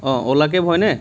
Ola cab হয়নে